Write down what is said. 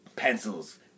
pencils